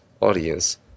audience